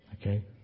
Okay